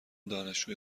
دانشجوی